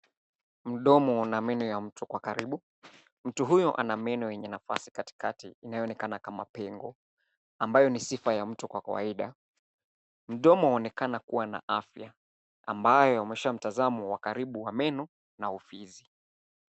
Mdomo na meno ya mtu kwa karibu. Mtu huyo ana meno yenye nafasi katikati inayonekana kama pengo, ambayo ni sifa ya mtu kwa kawaida. Mdomo haonekana kuwa na afya ambayo imeonyesha mtazamo wa karibu wa meno na ufizi.